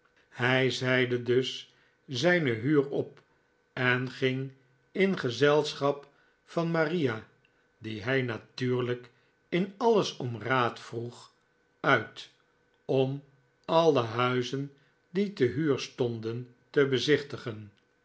hij zeide dus zijne huur op en ging in gezelschap van maria die hij natuurlijk in alles om raad vroeg uit om alle huizen die te huur stonden te bezichtigen